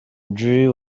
dre